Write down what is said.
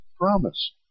promise